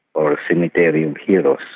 or cemetery of heroes.